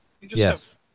Yes